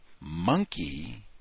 monkey